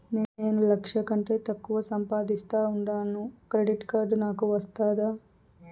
నేను లక్ష కంటే తక్కువ సంపాదిస్తా ఉండాను క్రెడిట్ కార్డు నాకు వస్తాదా